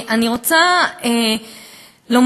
אני רוצה לומר,